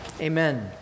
Amen